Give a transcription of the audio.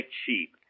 cheap